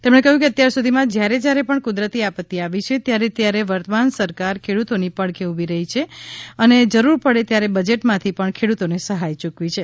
તેમણે કહ્યું કે અત્યાર સુધીમાં જયારે જયારે પણ કુદરતી આપત્તિ આવી છે ત્યારે ત્યારે વર્તમાન સરકાર ખેડૂતોની પડખે ઊભી રહ્યી જરૂર પડી ત્યારે બજેટમાંથી પણ ખેડૂતોને સહાય યૂકવી છે